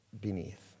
beneath